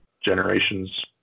generations